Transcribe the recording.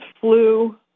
flu